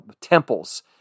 temples